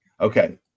Okay